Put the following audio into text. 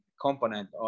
component